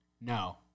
No